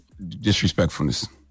disrespectfulness